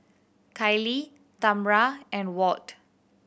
Kaylee Tamra and Walt